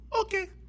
Okay